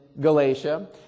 Galatia